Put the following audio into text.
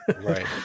Right